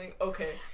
Okay